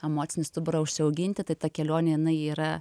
emocinį stuburą užsiauginti tai ta kelionė yra